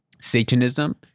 Satanism